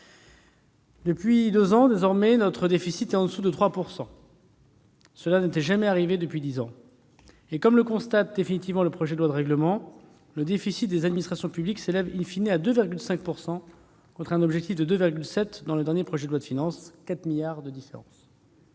Depuis deux ans, le déficit est inférieur à 3 %, ce qui n'était jamais arrivé depuis dix ans. Comme le constate définitivement le projet de loi de règlement, le déficit des administrations publiques s'élève à 2,5 % contre un objectif de 2,7 % dans le dernier projet de loi de finances, soit une différence